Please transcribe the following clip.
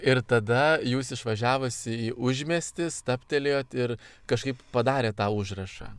ir tada jūs išvažiavusi į užmiestį stabtelėjot ir kažkaip padarėt tą užrašą